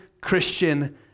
Christian